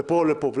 לפה או לפה.